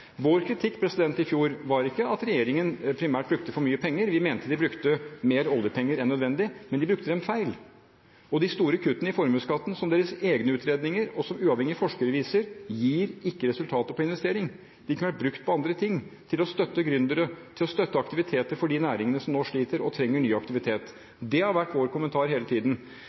Vår kritikk i fjor var ikke primært at regjeringen brukte for mye penger. Vi mente de brukte mer oljepenger enn nødvendig, men de brukte dem feil. De store kuttene i formuesskatten gir ikke resultater på investering, noe deres egne utredninger og uavhengige forskere viser. De kunne ha vært brukt på andre ting – til å støtte gründere og til å støtte aktiviteter for de næringene som nå sliter og trenger ny aktivitet.